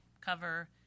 cover